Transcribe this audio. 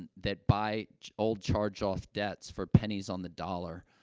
and that buy old, charged-off debts for pennies on the dollar.